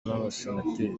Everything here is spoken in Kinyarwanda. n’abasenateri